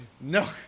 no